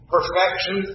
perfection